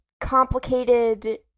complicated